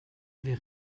wer